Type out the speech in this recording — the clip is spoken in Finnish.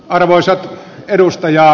arvoisat edustaja